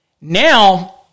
Now